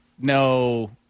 no